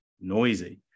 noisy